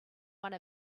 one